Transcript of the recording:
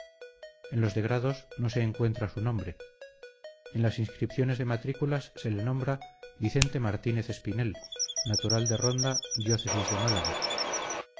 en los de grados no se encuentra su nombre en las inscripciones de matrículas se le nombra vicente martínez espinel natural de ronda diócesis de málaga